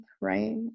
right